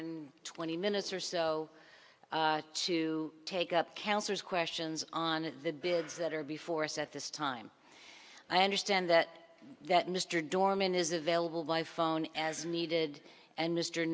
and twenty minutes or so to take up councillors questions on the bids that are before us at this time i understand that that mr dorman is available by phone as needed and mr